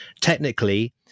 Technically